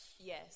Yes